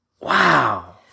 Wow